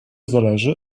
zależy